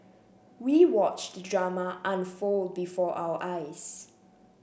we watched the drama unfold before our eyes